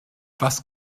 was